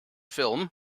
film